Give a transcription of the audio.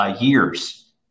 years